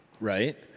Right